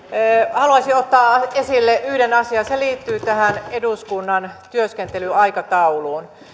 haluaisin ottaa esille yhden asian se liittyy tähän eduskunnan työskentelyaikatauluun